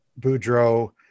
Boudreaux